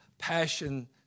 passion